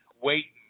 waiting